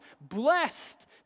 Blessed